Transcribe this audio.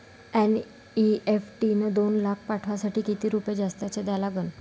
NEFT न दोन लाख पाठवासाठी किती रुपये जास्तचे द्या लागन?